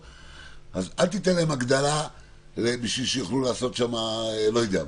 אל תיתן להם הגדלה כדי שיוכלו לעשות שם לא יודע מה.